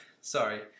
sorry